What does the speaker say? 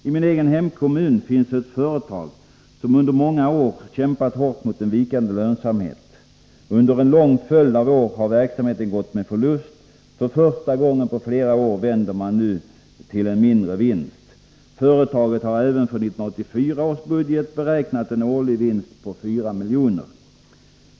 I min egen hemkommun finns ett företag som under många år kämpat hårt mot en vikande lönsamhet. Under en lång följd av år har verksamheten gått med förlust. För första gången på flera år vänder man nu resultatet till en mindre vinst. Företaget har även för 1984 års budget beräknat en årsvinst på 4 miljoner.